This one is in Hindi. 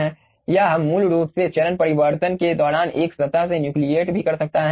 यह मूल रूप से चरण परिवर्तन के दौरान एक सतह से न्यूक्लिएट भी कर सकता है